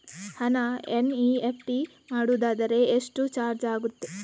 ಹಣ ಎನ್.ಇ.ಎಫ್.ಟಿ ಮಾಡುವುದಾದರೆ ಎಷ್ಟು ಚಾರ್ಜ್ ಆಗುತ್ತದೆ?